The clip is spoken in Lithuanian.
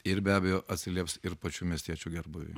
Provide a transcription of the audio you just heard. ir be abejo atsilieps ir pačių miestiečių gerbūviui